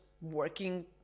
working